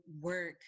work